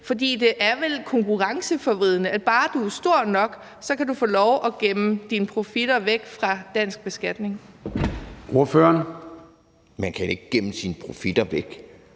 For det er vel konkurrenceforvridende, at bare du er stor nok, så kan du få lov at gemme dine profitter væk fra dansk beskatning. Kl. 10:20 Formanden (Søren Gade): Ordføreren.